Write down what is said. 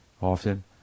often